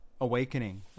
awakening